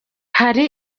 hari